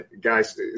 guys